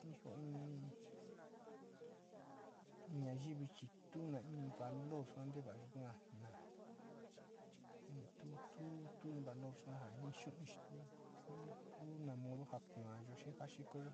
In, in ñayivi tu na in valor sua va nayu nana, tu, tu valor sua ja ji xu´un tu, tu na moda ja kuayo xi ja xikoyo